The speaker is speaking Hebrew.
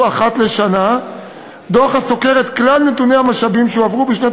אחת לשנה דוח הסוקר את כלל נתוני המשאבים שהועברו בשנת